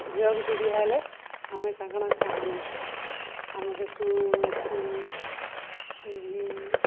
ଝିଅ ଗୁଟେ ବିହା ହେଲେ ଆମେ କାଣା କାଣା ସାମାନ୍ ଦେଶୁଁ ଆମେ ଦେଶୁଁ ଫ୍ରିଜ ଟିଭି